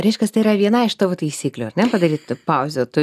reiškias tai yra viena iš tavo taisyklių ar ne padaryti pauzę tu